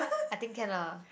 I think can lah